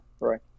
right